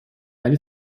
ولی